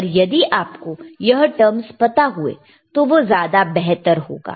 पर यदि आपको यह टर्म्स पता हुए तो वह ज्यादा बेहतर होगा